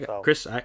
Chris